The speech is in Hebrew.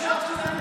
תחשוב שזה מתנחלים.